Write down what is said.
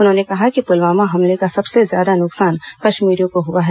उन्होंने कहा कि पुलवामा हमले का सबसे ज्यादा नुकसान कश्मीरियों को हुआ है